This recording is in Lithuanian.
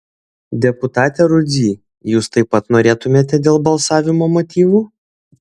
deputate rudzy jūs taip pat norėtumėte dėl balsavimo motyvų